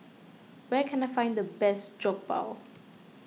where can I find the best Jokbal